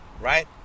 Right